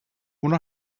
one